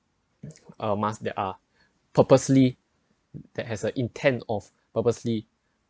uh mask that are purposely that has a intend of purposely